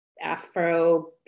Afro